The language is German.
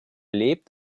lebt